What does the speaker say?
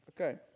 Okay